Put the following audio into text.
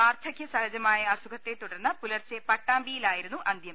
വാർദ്ധക്യ സഹജമായ അസുഖത്തെ തുടർന്ന് പുലർച്ചെ പട്ടാമ്പിയിലായിരുന്നു അന്ത്യം